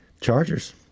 Chargers